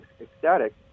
ecstatic